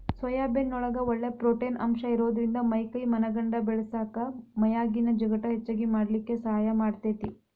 soybean ನೊಳಗ ಒಳ್ಳೆ protein ಅಂಶ ಇರೋದ್ರಿಂದ ಮೈ ಕೈ ಮನಗಂಡ ಬೇಳಸಾಕ ಮೈಯಾಗಿನ ಜಿಗಟ್ ಹೆಚ್ಚಗಿ ಮಾಡ್ಲಿಕ್ಕೆ ಸಹಾಯ ಮಾಡ್ತೆತಿ